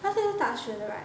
他都是大学的 right